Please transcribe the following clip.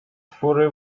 for